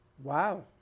Wow